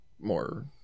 more